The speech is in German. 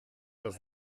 das